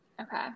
okay